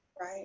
Right